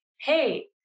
Hey